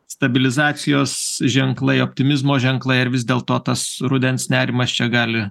stabilizacijos ženklai optimizmo ženklai ar vis dėlto tas rudens nerimas čia gali